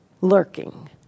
lurking